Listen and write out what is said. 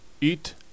eat